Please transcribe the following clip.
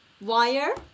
wire